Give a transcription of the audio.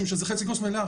משום שזו חצי כוס מלאה,